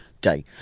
day